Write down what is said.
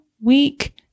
week